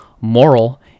moral